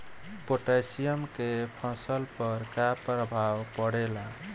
Potassium के फसल पर का प्रभाव पड़ेला?